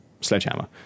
sledgehammer